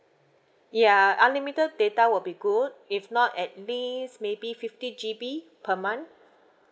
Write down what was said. ya unlimited data will be good if not at least maybe fifty G_B per month